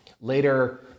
Later